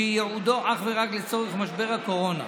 שיועדו אך ורק לצורך משבר הקורונה.